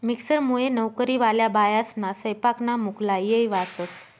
मिक्सरमुये नवकरीवाल्या बायास्ना सैपाकना मुक्ला येय वाचस